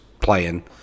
playing